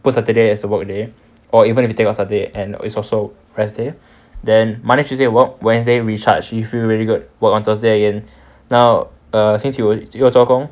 put saturday as a work day or even if you take out saturday and it's also rest day then monday tuesday work wednesday recharge you feel really good work on thursday again now err 星期五要做工